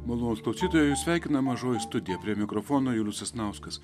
malonūs klausytojai jus sveikina mažoji studija prie mikrofono julius sasnauskas